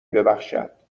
ببخشد